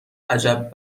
عجب